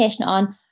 on